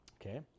okay